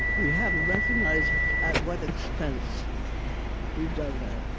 we haven't recognized at what expense we've done that,